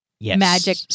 magic